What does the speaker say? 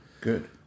Good